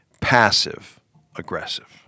passive-aggressive